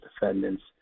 defendants